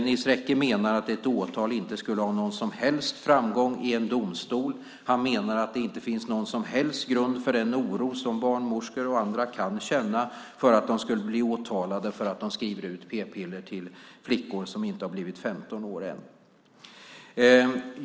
Nils Rekke menar att ett åtal inte skulle ha någon som helst framgång i en domstol. Han menar också att det inte finns någon som helst grund för den oro som barnmorskor och andra kan känna för att de ska bli åtalade för att de skriver ut p-piller till flickor som inte har fyllt 15 år än.